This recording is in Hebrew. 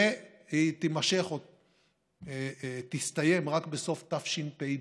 והיא תימשך או תסתיים רק בסוף תשפ"ב.